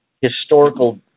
historical